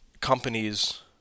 companies